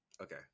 Okay